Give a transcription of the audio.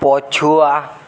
ପଛୁଆ